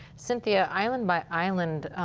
cynthia, island by island,